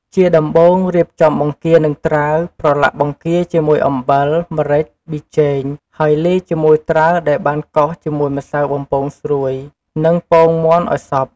ជាដំបូង រៀបចំបង្គានិងត្រាវ ប្រឡាក់បង្គាជាមួយអំបិល ម្រេច ប៊ីចេង ហើយ លាយជាមួយត្រាវដែលបានកោសជាមួយម្សៅបំពងស្រួយ និងពងមាន់ឱ្យសព្វ។